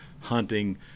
hunting